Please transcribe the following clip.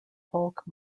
bulk